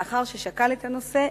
לאחר ששקל את הנושא,